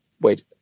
Wait